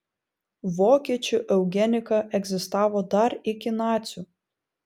vokiečių eugenika egzistavo dar iki nacių